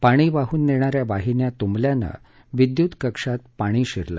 पाणी वाहन नेणा या वाहिन्या तुंबल्यानं विद्यूत कक्षात पाणी शिरलं